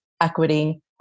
equity